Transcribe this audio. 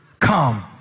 Come